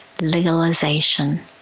legalization